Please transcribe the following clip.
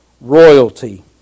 royalty